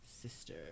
sister